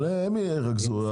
אבל הם ירכזו.